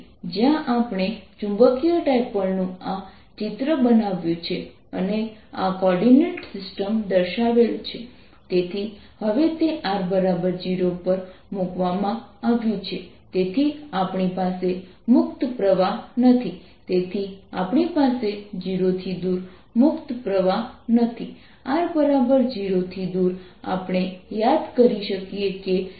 તેથી જો આપણે આ ઇન્ટિગ્રલ જોયું તો આપણે r R r2R2 2rRcosϕ z z2 લખી શકીએ છીએ